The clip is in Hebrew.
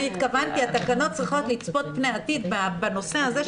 התכוונתי שהתקנות צריכות לצפות פני עתיד בנושא הזה.